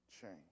change